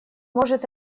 может